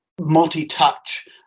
multi-touch